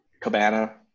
Cabana